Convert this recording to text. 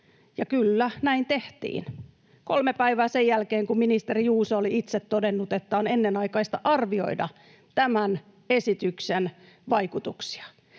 Kyllä, näin tehtiin kolme päivää sen jälkeen, kun ministeri Juuso oli itse todennut, että on ennenaikaista arvioida tämän esityksen vaikutuksia.